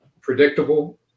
predictable